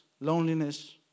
loneliness